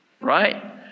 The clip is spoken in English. right